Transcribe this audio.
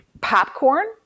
popcorn